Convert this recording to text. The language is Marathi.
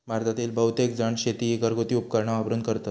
भारतातील बहुतेकजण शेती ही घरगुती उपकरणा वापरून करतत